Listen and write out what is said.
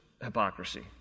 hypocrisy